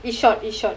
it's short it's short